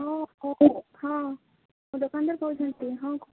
ହଁ ହଁ ଦୋକାନରୁ କହୁଛନ୍ତି ହଁ